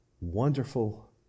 Wonderful